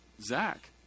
Zach